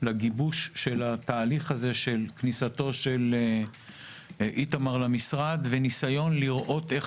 לגיבוש של התהליך הזה של כניסתו של איתמר למשרד וניסיון לראות איך